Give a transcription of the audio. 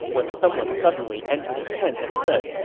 when someone suddenly entered the tent and said,